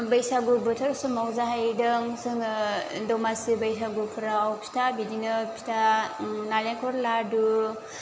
बैसागु बोथोर समाव जाहैदों जोङो दमासि बैसागु फोराव फिथा बिदिनो फिथा नालेंखर लादु